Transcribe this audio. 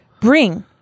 bring